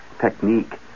technique